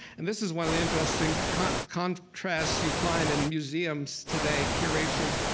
and this is one of the interesting kind of contrasts you find in museums today, curation.